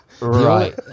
Right